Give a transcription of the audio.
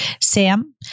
Sam